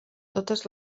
totes